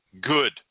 Good